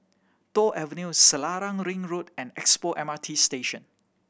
Toh Avenue Selarang Ring Road and Expo M R T Station